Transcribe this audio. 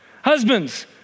Husbands